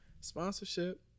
Sponsorship